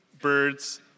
birds